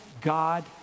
God